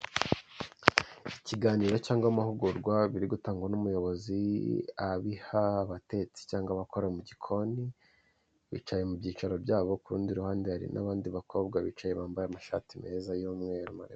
Ikiganiro cyangwa amahugurwa biri gutangwa n'umuyobozi abiha abatetsi cyangwa abakora mu gikoni bicaye mu byicaro byabo, ku rundi ruhande hari n'abandi bakobwa bicaye bambaye amashati meza y'umweru.